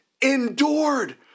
endured